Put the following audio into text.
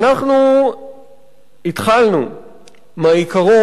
אנחנו התחלנו מהעיקרון